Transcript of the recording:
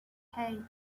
hey